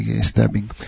stabbing